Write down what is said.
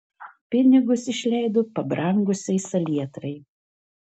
pinigus išleido pabrangusiai salietrai